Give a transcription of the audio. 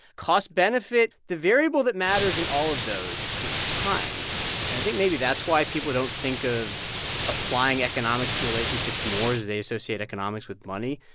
cost-benefit the variable that matters in all of those is time. and i think maybe that's why people don't think of applying economics to relationships more as they associate economics with money.